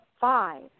five